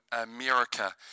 America